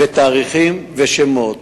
ותאריכים ושמות.